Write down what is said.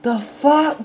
the fuck